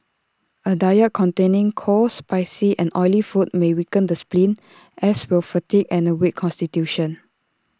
A diet containing cold spicy and oily food may weaken the spleen as will fatigue and A weak Constitution